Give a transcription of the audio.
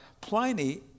Pliny